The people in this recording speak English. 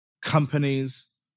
companies